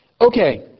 Okay